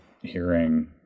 hearing